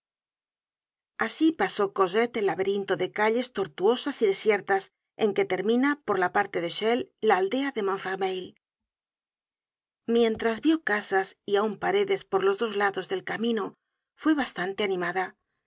asi pasó cosette e laberinto de calles tortuosas y desiertas en que termina por la parte de chelles la aldea de montfermeil mientcás vio casas y aun paredes por los dos lados del camino fué bastante animada